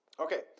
Okay